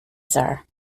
sir